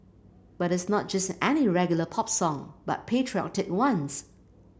but it's not just any regular pop song but patriotic ones